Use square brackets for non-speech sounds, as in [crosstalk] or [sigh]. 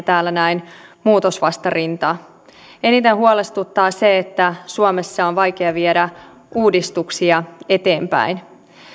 [unintelligible] täällä näin huolestuttaa muutosvastarinta eniten huolestuttaa se että suomessa on vaikea viedä uudistuksia eteenpäin